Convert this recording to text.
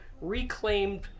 reclaimed